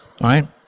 right